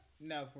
No